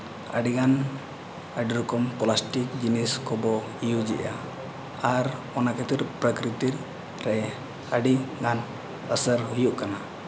ᱟᱹᱰᱤᱜᱟᱱ ᱟᱹᱰᱤ ᱨᱚᱠᱚᱢ ᱠᱚ ᱯᱞᱟᱥᱴᱤᱠ ᱡᱤᱱᱤᱥ ᱠᱚᱵᱚ ᱤᱭᱩᱡᱮᱜᱼᱟ ᱟᱨ ᱚᱱᱟ ᱠᱷᱟᱹᱛᱤᱨ ᱯᱨᱟᱠᱨᱤᱛᱤᱠ ᱨᱮ ᱟᱹᱰᱤᱜᱟᱱ ᱟᱥᱟᱨ ᱦᱩᱭᱩᱜ ᱠᱟᱱᱟ